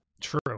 true